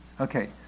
Okay